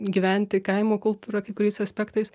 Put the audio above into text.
gyventi kaimo kultūra kai kuriais aspektais